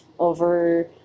Over